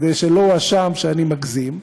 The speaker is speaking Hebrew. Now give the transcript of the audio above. כדי שלא אואשם שאני מגזים,